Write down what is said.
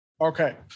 Okay